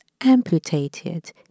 amputated